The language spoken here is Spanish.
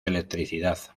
electricidad